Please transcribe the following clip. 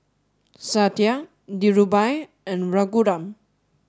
Satya Dhirubhai and Raghuram